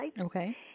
Okay